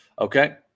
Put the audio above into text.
okay